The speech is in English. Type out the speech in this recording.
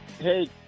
Hey